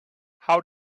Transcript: how